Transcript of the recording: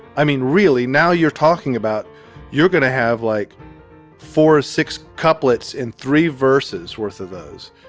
i mean, really, now you're talking about you're going to have like four or six couplets in three verses worth of those,